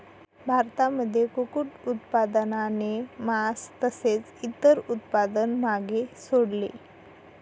भारतामध्ये कुक्कुट उत्पादनाने मास तसेच इतर उत्पादन मागे सोडले